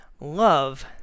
love